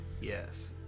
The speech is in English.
Yes